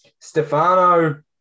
Stefano